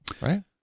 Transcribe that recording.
right